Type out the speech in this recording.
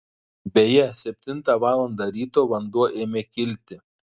beje septintą valandą ryto vanduo ėmė kilti